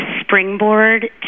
springboard